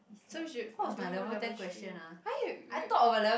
so we should do level three !huh! you you